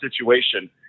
situation